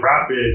rapid